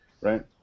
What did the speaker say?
Right